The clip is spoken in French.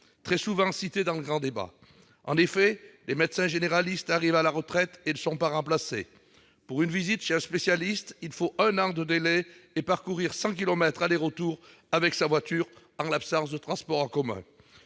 très souvent citée dans le grand débat. Les médecins généralistes arrivent à la retraite et ne sont pas remplacés. Pour une visite chez un spécialiste, il faut attendre un an et parcourir cent kilomètres aller-retour en voiture en l'absence de transports en commun.